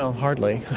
so hardly.